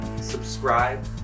subscribe